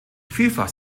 vielfach